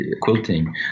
quilting